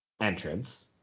entrance